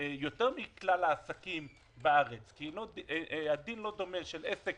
יותר מכלל העסקים בארץ כי אין דינו של עסק